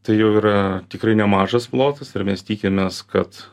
tai jau yra tikrai nemažas plotas ir mes tikimės kad